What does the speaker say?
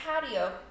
patio